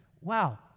wow